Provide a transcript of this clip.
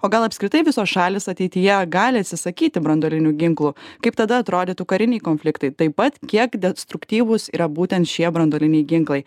o gal apskritai visos šalys ateityje gali atsisakyti branduolinių ginklų kaip tada atrodytų kariniai konfliktai taip pat kiek destruktyvūs yra būtent šie branduoliniai ginklai